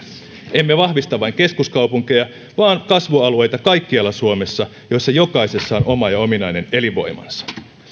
emme vahvista vain keskuskaupunkeja vaan kasvualueita kaikkialla suomessa joissa jokaisessa on oma ja ominainen elinvoimansa